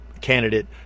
candidate